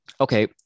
okay